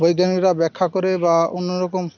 বৈজ্ঞানিরা ব্যাখ্যা করে বা অন্যরকম